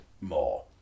more